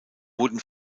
wurden